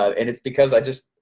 and it's because i just,